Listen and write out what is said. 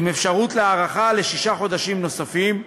עם אפשרות להארכה לשישה חודשים נוספים,